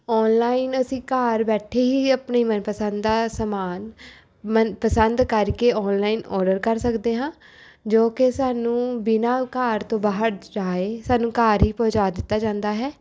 online ਅਸੀਂ ਘਰ ਬੈਠੇ ਹੀ ਆਪਣੀ ਮਨਪਸੰਦ ਦਾ ਸਮਾਨ ਮਨ ਪਸੰਦ ਕਰਕੇ ਔਨਲਾਈਨ ਔਡਰ ਕਰ ਸਕਦੇ ਹਾਂ ਜੋ ਕਿ ਸਾਨੂੰ ਬਿਨਾਂ ਘਰ ਤੋਂ ਬਾਹਰ ਜਾਏ ਸਾਨੂੰ ਘਰ ਹੀ ਪਹੁੰਚਾ ਦਿੱਤਾ ਜਾਂਦਾ ਹੈ